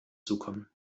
zukommen